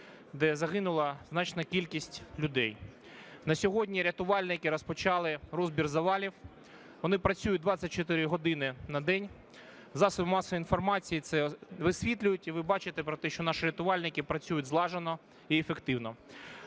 де загинула значна кількість людей. На сьогодні рятувальники розпочали розбір завалів, вони працюють 24 години на день. Засоби масової інформації це висвітлюють. І ви бачите про те, що наші рятувальники працюють злажено і ефективно.